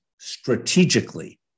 strategically